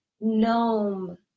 gnome